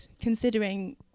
considering